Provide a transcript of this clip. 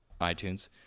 iTunes